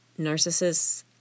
narcissists